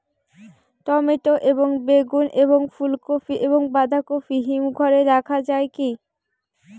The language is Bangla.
টমেটো এবং বেগুন এবং ফুলকপি এবং বাঁধাকপি হিমঘরে রাখা যায় কি?